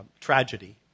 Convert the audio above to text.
tragedy